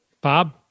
Bob